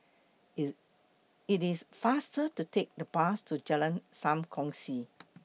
IT IT IS faster to Take The Bus to Jalan SAM Kongsi